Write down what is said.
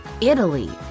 Italy